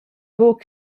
buca